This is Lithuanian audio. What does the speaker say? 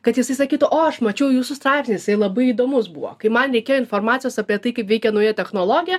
kad jisai sakytų o aš mačiau jūsų straipsnį jisai labai įdomus buvo kai man reikėjo informacijos apie tai kaip veikia nauja technologija